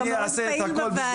אתה מאוד פעיל בוועדה.